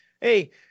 hey